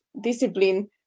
discipline